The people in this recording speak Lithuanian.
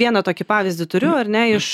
vieną tokį pavyzdį turiu ar ne iš